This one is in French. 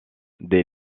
des